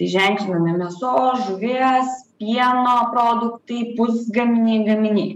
ženklinami mėsos žuvies pieno produktai pusgaminiai gaminiai